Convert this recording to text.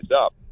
up